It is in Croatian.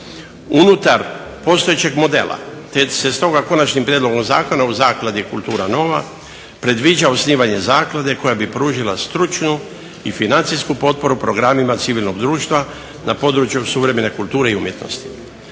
unutar postojećeg modela te se stoga konačnim Prijedlogom zakona u zakladi Kultura nova predviđa osnivanje zaklade koja bi pružila stručnu i financijsku potporu programima civilnog društva na području suvremene kulture i umjetnosti.